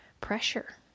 Pressure